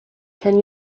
can